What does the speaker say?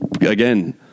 again